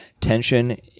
tension